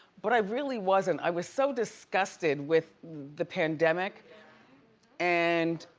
but i really wasn't, i was so disgusted with the pandemic and,